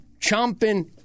chomping